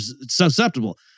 susceptible